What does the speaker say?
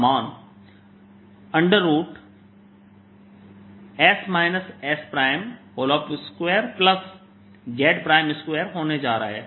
का मान s s2z2 होने जा रहा है